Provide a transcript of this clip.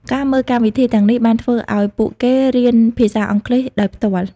ការមើលកម្មវិធីទាំងនេះបានធ្វើឱ្យពួកគេរៀនភាសាអង់គ្លេសដោយផ្ទាល់។